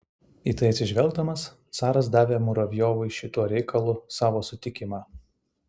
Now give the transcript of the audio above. į tai atsižvelgdamas caras davė muravjovui šituo reikalu savo sutikimą